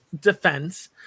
defense